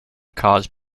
caused